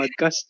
podcast